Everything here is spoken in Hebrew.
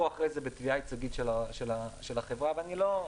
אחרי זה בתביעה ייצוגית של החברה ואני לא...